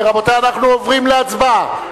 רבותי, אנחנו עוברים להצבעה.